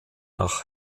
nach